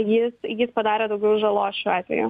jis jis padarė daugiau žalos šiuo atveju